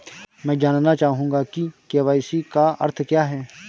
मैं जानना चाहूंगा कि के.वाई.सी का अर्थ क्या है?